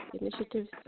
initiatives